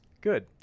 Good